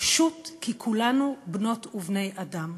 פשוט כי כולנו בנות ובני אדם.